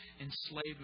enslavement